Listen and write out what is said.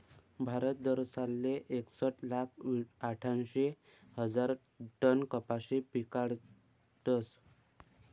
भारत दरसालले एकसट लाख आठ्यांशी हजार टन कपाशी पिकाडस